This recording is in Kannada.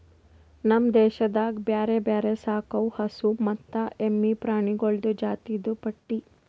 ನಮ್ ದೇಶದಾಗ್ ಬ್ಯಾರೆ ಬ್ಯಾರೆ ಸಾಕವು ಹಸು ಮತ್ತ ಎಮ್ಮಿ ಪ್ರಾಣಿಗೊಳ್ದು ಜಾತಿದು ಪಟ್ಟಿ